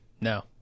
No